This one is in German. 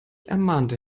ermahnte